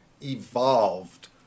evolved